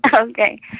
Okay